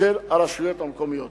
של הרשויות המקומיות.